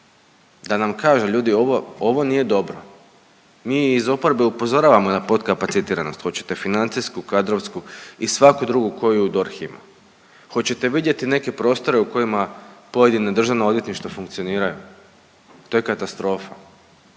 da nam kaže, ljudi ovo, ovo nije dobro. Mi iz oporbe upozoravamo na potkapacitiranost, hoćete financijsku, kadrovsku i svaku drugu koju DORH ima, hoćete vidjeti neke prostore u kojima pojedina državna odvjetništva funkcioniraju, to je katastrofa,